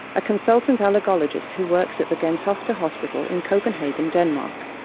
a consultant allergologist who works at the gentofte hospital in copenhagen, denmark.